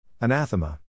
Anathema